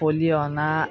খলিহনা